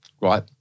right